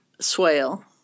swale